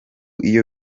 iyo